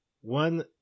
one